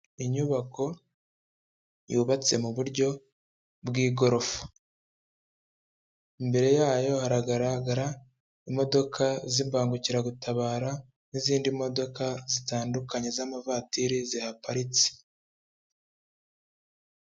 Inyubako yubatse mu buryo bw'igorofa, imbere yayo haragaragara imodoka z'imbangukiragutabara, n'izindi modoka zitandukanye z'amavatiri zihaparitse.